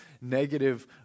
negative